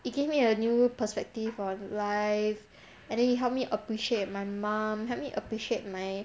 it gave me a new perspective on life and then it help me appreciate my mum help me appreciate my